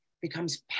becomes